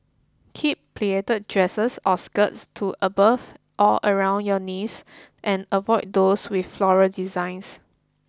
keep pleated dresses or skirts to above or around your knees and avoid those with floral designs